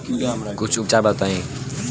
कुछ उपचार बताई?